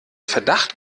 verdacht